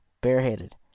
bareheaded